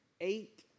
eight